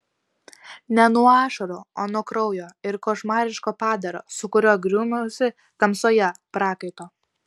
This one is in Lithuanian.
ne nuo ašarų o nuo kraujo ir košmariško padaro su kuriuo grūmiausi tamsoje prakaito